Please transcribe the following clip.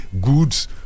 goods